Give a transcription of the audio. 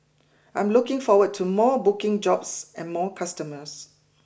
I'm looking forward to more booking jobs and more customers